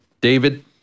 David